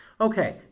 okay